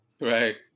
right